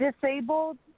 disabled